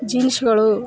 ಜೀನ್ಶ್ಗಳು